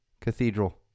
Cathedral